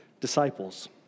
disciples